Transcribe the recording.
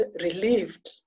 relieved